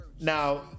Now